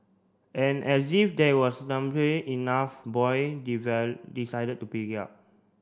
and as if that was enough Boyd decided to pick it up